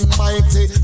mighty